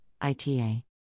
ITA